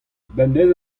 bemdez